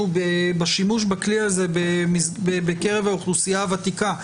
בשימוש בכלי הזה בקרב האוכלוסייה הוותיקה.